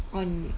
on